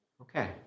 Okay